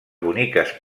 boniques